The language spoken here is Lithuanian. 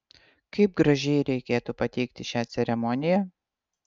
kaip gražiai reikėtų pateikti šią ceremoniją